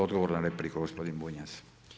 Odgovor na repliku gospodin Bunjac.